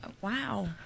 Wow